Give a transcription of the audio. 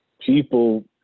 People